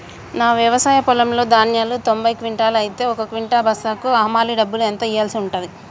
నా వ్యవసాయ పొలంలో ధాన్యాలు తొంభై క్వింటాలు అయితే ఒక క్వింటా బస్తాకు హమాలీ డబ్బులు ఎంత ఇయ్యాల్సి ఉంటది?